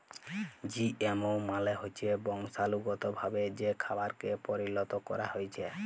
GMO মালে হচ্যে বংশালুগতভাবে যে খাবারকে পরিলত ক্যরা হ্যয়েছে